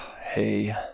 Hey